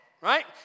right